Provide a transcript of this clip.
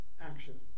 action